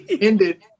ended